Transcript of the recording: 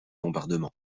bombardement